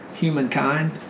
humankind